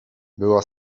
była